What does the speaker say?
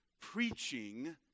preaching